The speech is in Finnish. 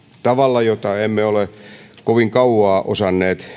tavalla jota emme ole edes kovin kauaa osanneet